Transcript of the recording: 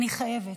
אני חייבת.